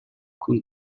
con